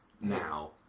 now